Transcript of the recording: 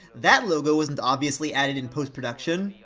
that logo wasn't obviously added in post-production!